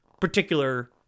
particular